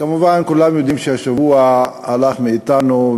כמובן כולם יודעים שהשבוע הלכה מאתנו,